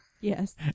yes